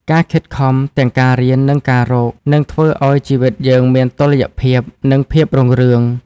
ការខិតខំទាំងការរៀន និងការរក នឹងធ្វើឱ្យជីវិតយើងមានតុល្យភាព និងភាពរុងរឿង។